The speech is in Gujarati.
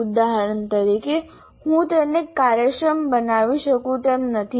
ઉદાહરણ તરીકે હું તેને કાર્યક્ષમ બનાવી શકું તેમ નથી